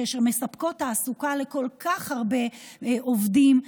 שמספקות תעסוקה לכל כך הרבה עובדים,